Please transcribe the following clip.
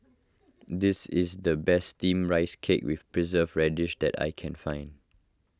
this is the best Steamed Rice Cake with Preserved Radish that I can find